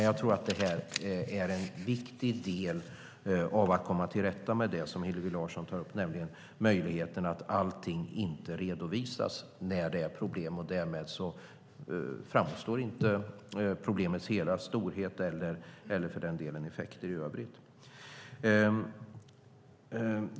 Jag tror att det är en viktig del i att komma till rätta med det som Hillevi Larsson nämner, att allting inte redovisas när det är problem och att problemets hela vidd därmed inte framstår klart, eller för den delen effekterna i övrigt.